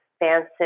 expansive